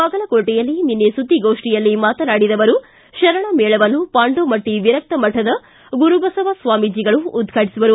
ಬಾಗಲಕೋಟೆಯಲ್ಲಿ ನಿನ್ನೆ ಸುದ್ದಿಗೋಷ್ಠಿಯಲ್ಲಿ ಮಾತನಾಡಿದ ಅವರು ಶರಣ ಮೇಳವನ್ನು ಪಾಂಡೋಮಟ್ಟ ವಿರಕ್ತ ಮಠದ ಗುರುಬಸವ ಸ್ವಾಮೀಜಿಗಳು ಉದ್ರಾಟಿಸುವರು